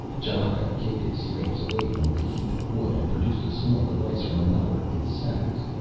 ch'aka kicked his slaves away from the heap of wood and produced a small device from another of his sacks.